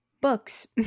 books